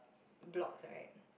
blocks right